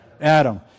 Adam